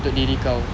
untuk diri kau